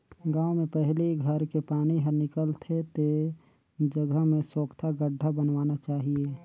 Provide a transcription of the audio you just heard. गांव में पहली घर के पानी हर निकल थे ते जगह में सोख्ता गड्ढ़ा बनवाना चाहिए